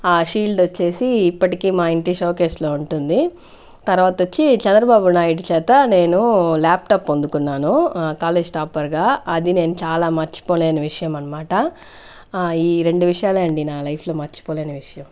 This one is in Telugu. ఆ షీల్డ్ వచ్చేసి ఇప్పటికీ మా ఇంటి షోకేస్ లో ఉంటుంది తర్వాత వచ్చి చంద్రబాబు నాయుడు చేత నేను ల్యాప్ టాప్ పొందుకున్నాను కాలేజ్ టాపర్ గా అది నేను చాలా మర్చిపోలేని విషయం అనమాట ఈ రెండు విషయాలే అండి నా లైఫ్ లో మర్చిపోలేని విషయం